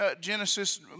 Genesis